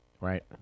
right